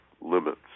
limits